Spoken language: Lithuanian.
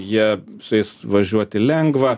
jie su jais važiuoti lengva